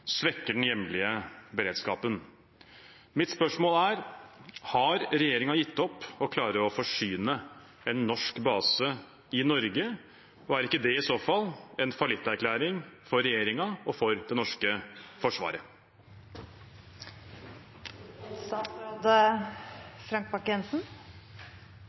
svekker den hjemlige beredskapen. Mitt spørsmål er: Har regjeringen gitt opp å klare å forsyne en norsk base i Norge, og er ikke det i så fall en fallitterklæring for regjeringen og for det norske